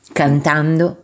cantando